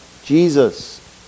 Jesus